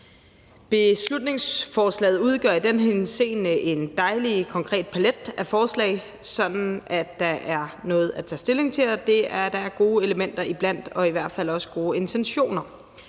Beslutningsforslaget udgør i den henseende en dejlig konkret palet af forslag, sådan at der er noget at tage stilling til, og det er der gode elementer iblandt og i hvert fald os gode intentioner.